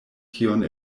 tion